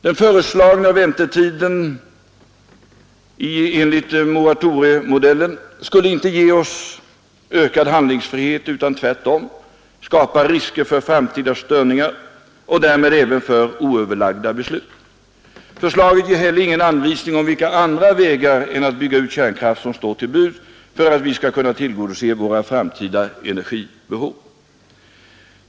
Den föreslagna väntetiden enligt moratoriemodellen skulle inte ge oss ökad handlingsfrihet utan tvärtom skapa risker för framtida störningar och därmed även för oöverlagda beslut. Förslaget ger heller ingen anvisning om vilka andra vägar än att bygga ut kärnkraft som står till buds för att vi skall kunna tillgodose vårt framtida energibehov.